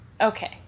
okay